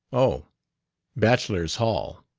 oh bachelor's hall.